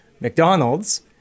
McDonald's